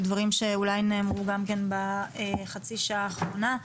ודברים שאולי נאמרו גם כן בחצי שעה האחרונה.